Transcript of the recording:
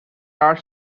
are